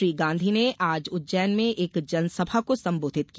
श्री गांधी ने आज उज्जैन में एक जनसभा को सम्बोधित किया